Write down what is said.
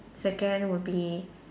second would be